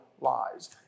lies